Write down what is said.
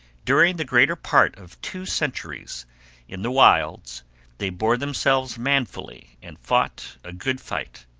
during the greater part of two centuries in the wilds they bore themselves manfully and fought a good fight.